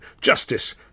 Justice